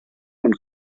und